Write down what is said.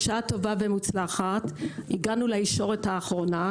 בשעה טובה ומוצלחת הגענו לישורת האחרונה,